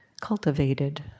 cultivated